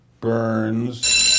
Burns